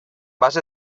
base